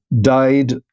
died